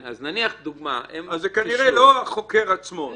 זה כנראה לא החוקר עצמו.